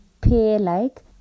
pear-like